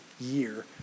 year